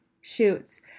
shoots